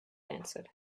answered